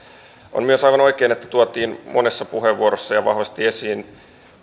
on myös aivan oikein että monessa puheenvuorossa tuotiin jo vahvasti esiin